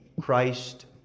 Christ